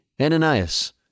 Ananias